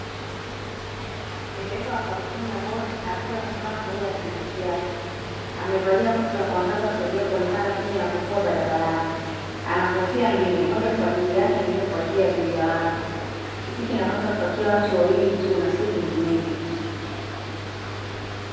Dereva wa kampuni ya "bolt" akiwa amesimama pamoja na pikipiki yake. Amevalia koti la kuangaza kusaidia kuonekana pindi anapokua barabarani. Ana kofia mbili, moja kwa ajili yake nyingine kwa ajili ya abiria wake. Pikipiki inatakiwa kupakia abiria wawili tu na si vinginevyo.